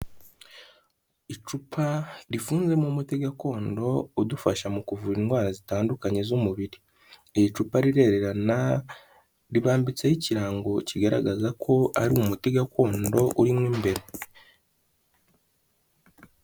Icupa rifunzemo umuti gakondo udufasha mu kuvura indwara zitandukanye z'umubiri, iri cupa rirererana ribambitseho ikirango kigaragaza ko ari umuti gakondoro urimo imbere.